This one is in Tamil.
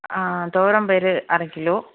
ஆ துவரம்பயிறு அரை கிலோ